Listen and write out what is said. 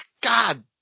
God